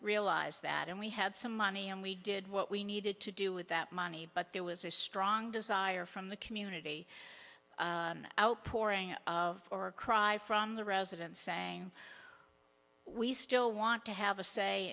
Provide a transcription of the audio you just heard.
realized that and we had some money and we did what we needed to do with that money but there was a strong desire from the community outpouring of or a cry from the residents saying we still want to have a say